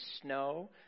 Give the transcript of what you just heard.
snow